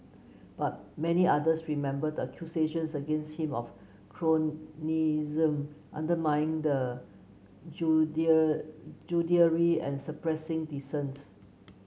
but many others remember the accusations against him of cronyism undermining the and suppressing dissent